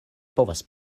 povas